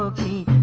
the